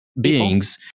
beings